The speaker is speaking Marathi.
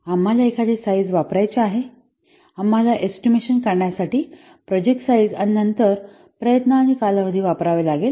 आम्हाला एखादे साईझ वापरायचे आहे आम्हाला एस्टिमेशन काढण्यासाठी प्रोजेक्ट साईझ आणि नंतर प्रयत्न आणि कालावधी वापरावे लागेल